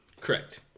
Correct